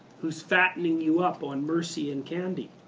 who's fattening you up on mercy and candy,